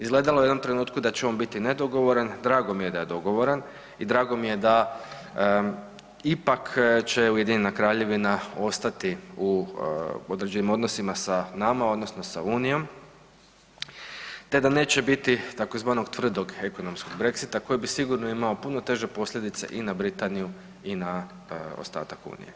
Izgledalo je u jednom trenutku da će on biti nedogovan, drago mi je da je dogovoran i drago mi je da ipak će Ujedinjena Kraljevina ostati u određenim odnosima sa nama odnosno sa unijom, te da neće biti tzv. tvrdog ekonomskog brexita koji bi sigurno imao puno teže posljedice i na Britaniju i na ostatak unije.